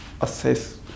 assess